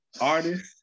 artist